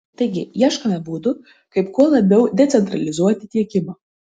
taigi ieškome būdų kaip kuo labiau decentralizuoti tiekimą